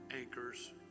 anchors